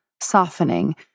softening